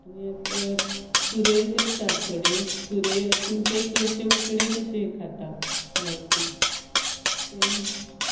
आनी आतां तें सुरय करतात थोडे सुरय पूण तें चडशे उकडेच तशे खाता गांवटी तें